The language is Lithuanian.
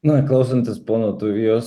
na klausantis pono tuvijos